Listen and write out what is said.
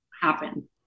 happen